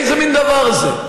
איזה מין דבר זה?